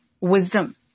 wisdom